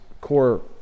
core